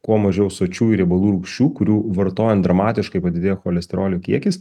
kuo mažiau sočiųjų riebalų rūgščių kurių vartojant dramatiškai padidėja cholesterolio kiekis